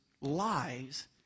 lies